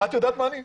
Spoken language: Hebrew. את יודעת מה אני?